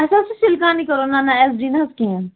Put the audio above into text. اَسہِ حظ چھُ سِلکانٕے کَرُن نہ نہ اٮ۪چ ڈی نہٕ حظ کِہیٖنۍ